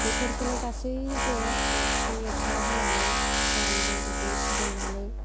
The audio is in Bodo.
बेफोरखौनो गासैबो एक्स' एकथा होनानै बानलु बिदै फुदुंनानै